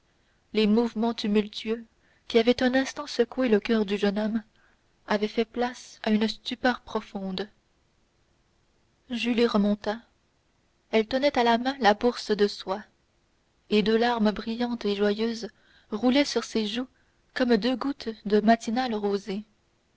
les mouvements tumultueux qui avaient un instant secoué le coeur du jeune homme avaient fait place à une stupeur profonde julie remonta elle tenait à la main la bourse de soie et deux larmes brillantes et joyeuses roulaient sur ses joues comme deux gouttes de matinale rosée